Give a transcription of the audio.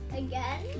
again